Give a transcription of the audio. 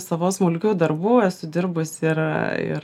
savo smulkių darbų esu dirbusi ir ir